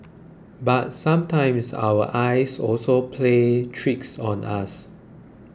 but sometimes our eyes also plays tricks on us